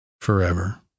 forever